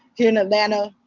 here in atlanta.